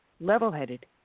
level-headed